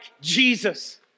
Jesus